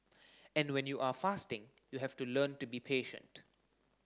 and when you are fasting you have to learn to be patient